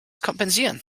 kompensieren